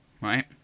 right